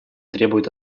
требует